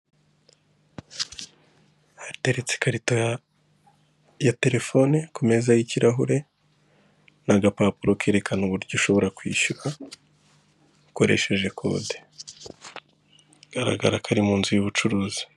Hateretse ikarito ya terefone ku meza y'ikirahure n'agapapuro kerekana uburyo ushobora kwishyura ukoresheje kode, bigaragara ko ari mu nzu y'ubucuruzi.